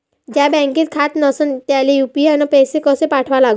ज्याचं बँकेत खातं नसणं त्याईले यू.पी.आय न पैसे कसे पाठवा लागन?